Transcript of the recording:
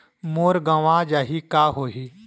मोर गंवा जाहि का होही?